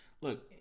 Look